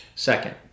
Second